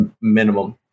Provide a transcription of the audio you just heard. minimum